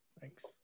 Thanks